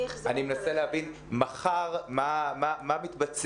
אני מנסה להבין, מחר מה מתבצע?